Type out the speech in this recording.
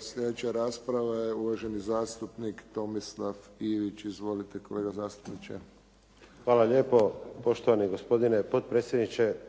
Sljedeća rasprava je uvaženi zastupnik Tomislav Ivić. Izvolite. **Ivić, Tomislav (HDZ)** Hvala lijepo. Poštovani gospodine potpredsjedniče,